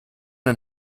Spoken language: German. ein